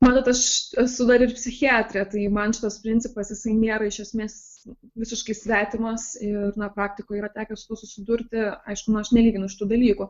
matot aš esu dar ir psichiatrė tai man šitas principas jisai nėra iš esmės visiškai svetimas ir na praktikoj yra tekę su tuo susidurti aišku aš nelyginu šitų dalykų